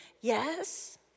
Yes